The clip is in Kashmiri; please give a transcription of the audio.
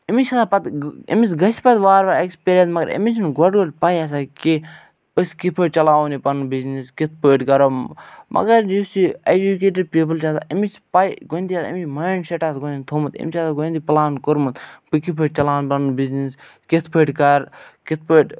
أمِس چھُ آسان پَتہٕ أمِس گژھِ پَتہٕ وارٕ وارٕ ایٚکٕسپیٖریَنٕس مگر أمِس چھُ نہٕ گۄڈٕ گۄڈٕ پَے آسان کیٚنٛہہ أسۍ کِتھٕ پٲٹھۍ چَلاوہون یہِ پَنُن بِزنِس کِتھٕ پٲٹھۍ کَرو مگر یُس یہِ ایٚجوٗکیٹِڈ پیٖپُل چھُ آسان أمِس چھُ پَے گۄڈٕنٮ۪تھٕے آسان أمِس مایِنٛڈ سیٚٹ آسان گۄڈنٮ۪تھٕے تھوٚومُت أمِس چھِ آسان گۄڈنٮ۪تھٕے پُلان کوٚرمُت بہٕ کِتھٕ پٲٹھۍ چَلاوَن پَنُن بِزنِس کِتھٕ پٲٹھۍ کَرٕ کِتھٕ پٲٹھۍ